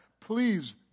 Please